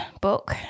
book